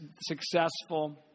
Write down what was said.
successful